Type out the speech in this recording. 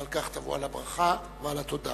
ועל כך תבוא על הברכה ועל התודה.